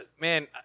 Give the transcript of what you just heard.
Man